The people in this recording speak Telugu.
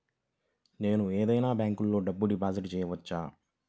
నేను ఏదైనా బ్యాంక్లో డబ్బు డిపాజిట్ చేయవచ్చా?